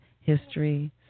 history